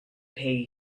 pay